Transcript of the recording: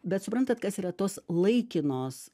bet suprantat kas yra tos laikinos